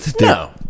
No